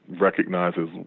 recognizes